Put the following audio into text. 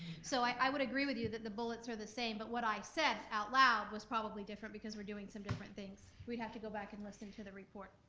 so, i would agree with you that the bullets are the same, but what i said out loud was probably different because we're doing some different things. we'd have to go back and listen to the report,